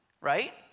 right